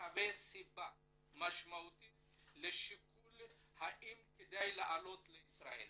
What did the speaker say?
מהווה סיבה משמעותית לשיקול האם כדאי לעלות לישראל.